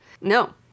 No